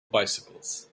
bicycles